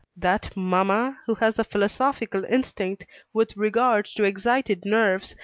that mamma, who has a philosophical instinct with regard to excited nerves,